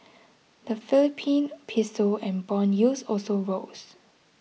the Philippine piso and bond yields also rose